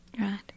Right